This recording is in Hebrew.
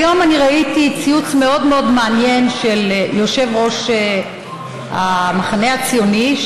היום ראיתי ציוץ מאוד מעניין של יושב-ראש המחנה הציוני,